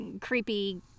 creepy